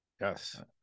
Yes